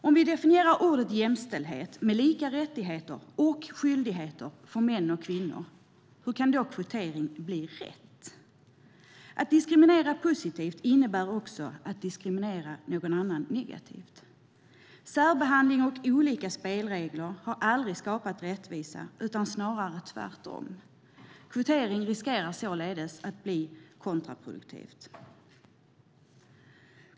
Om vi definierar ordet "jämställdhet" som lika rättigheter och skyldigheter för män och kvinnor, hur kan då kvotering bli rätt? Att diskriminera positivt innebär också att diskriminera någon annan negativt. Särbehandling och olika spelregler har aldrig skapat rättvisa, snarare tvärtom. Kvotering riskerar således att bli något kontraproduktivt.